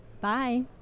bye